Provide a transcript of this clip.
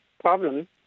problem